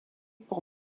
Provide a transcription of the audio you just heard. pour